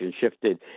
shifted